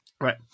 Right